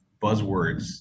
buzzwords